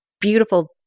beautiful